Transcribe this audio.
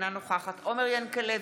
אינה נוכחת עומר ינקלביץ'